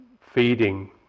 feeding